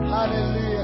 Hallelujah